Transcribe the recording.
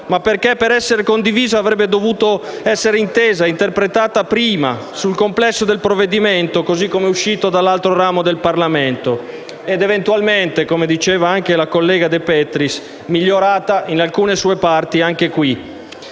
ma perché, per essere condivisa, avrebbe dovuto essere intesa ed interpretata prima, sul complesso del provvedimento come uscito dall'altro ramo del Parlamento, ed eventualmente - come diceva anche la collega De Petris - migliorata in alcune sue parti anche qui.